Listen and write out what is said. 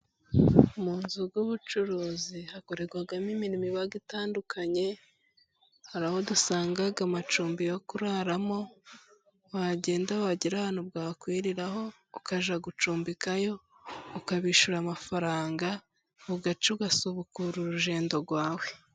Mu nzu z'ubucuruzi hakorerwamo imirimo iba itandukanye; hari aho dusanga amacumbi yo kuraramo, wagenda wagera ahantu bwakwiriraho ukajya gucumbikayo, ukabishyura amafaranga bugacya ugasubukura urugendo rwawe.